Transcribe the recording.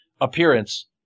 appearance